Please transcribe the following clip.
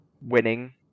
winning